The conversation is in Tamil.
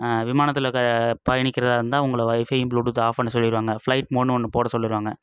விமானத்தில் க பயணிக்கிறதாக இருந்தால் உங்களை வைஃபையும் ப்ளூடூத்தும் ஆஃப் பண்ண சொல்லிடுவாங்க ஃபிளைட் மோடுன்னு ஒன்று போட சொல்லுறாங்க